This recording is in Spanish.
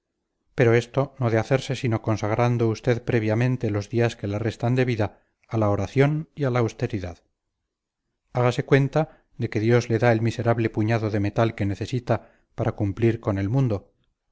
pero esto no ha de hacerse sino consagrando usted previamente los días que le restan de vida a la oración y a la austeridad hágase cuenta de que dios le da el miserable puñado de metal que necesita para cumplir con el mundo